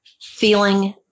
feeling